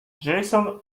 jason